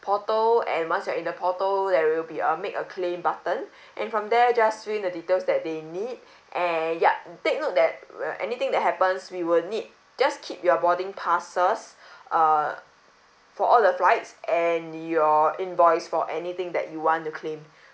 portal and once you are in the portal there will be a make a claim button and from there just fill in the details that they need and yup take note that anything that happens we will need just keep your boarding passes err for all the flights and your invoice for anything that you want to claim